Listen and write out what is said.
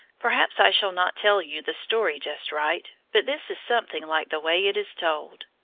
perhaps i shall not tell you the story just right, but this is something like the way it is told.